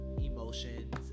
emotions